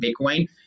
Bitcoin